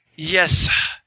Yes